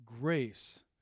grace